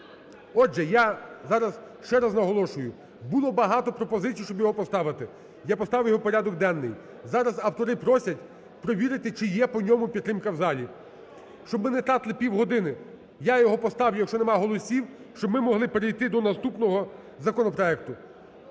Отже, я зараз ще наголошую: було багато пропозицій, щоб його поставити, я поставив його в порядок денний, зараз автори просять перевірити, чи є по ньому підтримка в залі. Щоб ми не тратили півгодини, я його поставлю, якщо нема голосів, щоб ми могли перейти до наступного законопроекту.